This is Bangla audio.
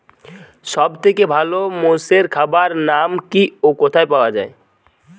সব থেকে ভালো মোষের খাবার নাম কি ও কোথায় পাওয়া যায়?